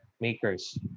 makers